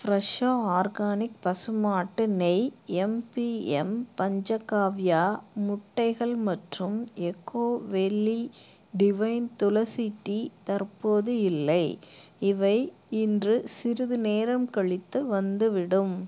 Fresho organic பசு மாட்டு நெய் எம்பிஎம் பஞ்சகாவ்யா முட்டைகள் மற்றும் Eco Valley Divine Tulsi tea தற்போது இல்லை இவை இன்று சிறிது நேரம் கழித்து வந்துவிடும்